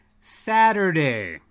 Saturday